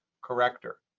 corrector